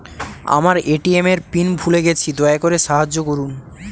আমার এ.টি.এম এর পিন ভুলে গেছি, দয়া করে সাহায্য করুন